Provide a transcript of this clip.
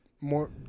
more